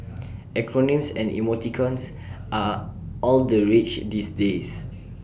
acronyms and emoticons are all the rage these days